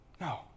No